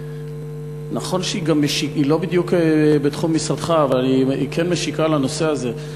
נכון שהיא לא בדיוק בתחום משרדך אבל היא כן משיקה לנושא הזה,